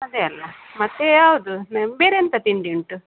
ಅದೆ ಅಲ್ಲ ಮತ್ತು ಯಾವುದು ಬೇರೆ ಎಂತ ತಿಂಡಿ ಉಂಟು